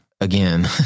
again